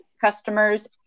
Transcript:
customers